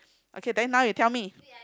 okay then now you tell me